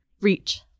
reach